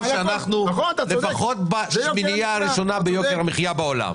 שאנחנו לפחות בשמינייה הראשונה ביוקר המחייה בעולם.